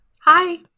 Hi